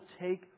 take